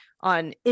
on